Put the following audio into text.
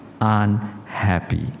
unhappy